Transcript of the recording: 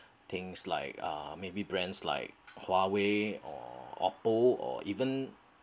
things like uh maybe brands like Huawei or Oppo or even